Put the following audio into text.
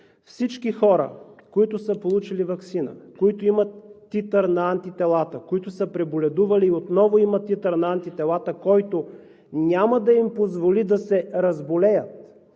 всички хора, които са получили ваксина и имат титър на антителата, които са преболедували и отново имат титър на антителата, който няма да им позволи да се разболеят